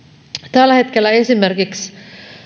tällä hetkellä